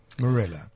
Marilla